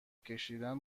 کشیدن